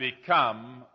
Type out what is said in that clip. become